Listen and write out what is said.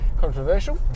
controversial